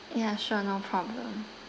ya sure no problem